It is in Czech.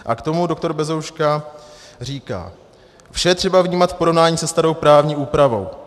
A k tomu doktor Bezouška říká: Vše je třeba vnímat v porovnání se starou právní úpravou.